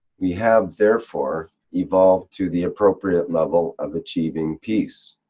we have therefore evolved to the appropriate level of achieving peace.